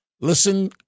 Listen